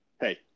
hey